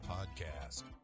Podcast